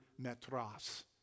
metras